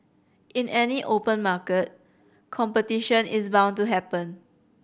in any open market competition is bound to happen